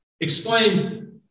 explained